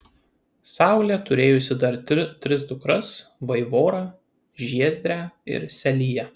saulė turėjusi dar tris dukras vaivorą žiezdrę ir seliją